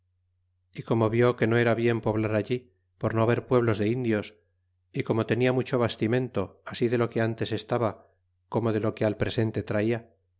y como vió que no era bien poblar allí por no haber pueblos de indios y como tenia mucho bastimento ansi de lo que ntes estaba como de lo que al presente traia